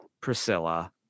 Priscilla